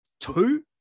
Two